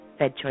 FedChoice